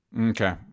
Okay